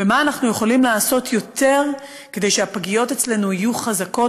ומה אנחנו יכולים לעשות יותר כדי שהפגיות אצלנו יהיו חזקות?